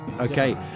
Okay